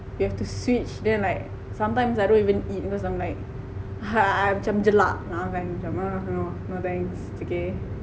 we have to switch then like sometimes I don't even eat because I'm like I'm macam jelak nak makan macam ha no no thanks it's okay